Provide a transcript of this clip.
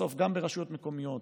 מאחר שמדובר בסוף גם ברשויות מקומיות